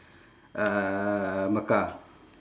uh mecca